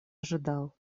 ожидал